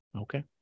Okay